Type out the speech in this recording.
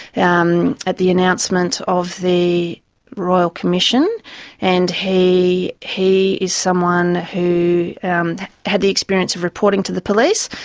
at um at the announcement of the royal commission and he he is someone who and had the experience of reporting to the police,